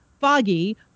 Foggy